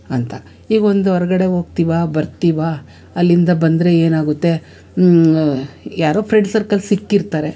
ಅಂತ ಈಗ ಒಂದು ಹೊರ್ಗಡೆ ಹೋಗ್ತೀವಿ ಬರ್ತಿವಿ ಅಲ್ಲಿಂದ ಬಂದರೆ ಏನಾಗುತ್ತೆ ಯಾರೋ ಫ್ರೆಂಡ್ ಸರ್ಕಲ್ ಸಿಕ್ಕಿರ್ತಾರೆ